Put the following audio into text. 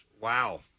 wow